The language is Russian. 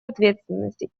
ответственности